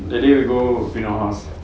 that day we go in our house